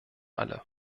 alle